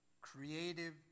creative